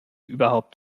überhaupt